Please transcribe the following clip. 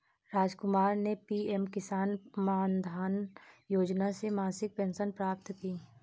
रामकुमार ने पी.एम किसान मानधन योजना से मासिक पेंशन प्राप्त की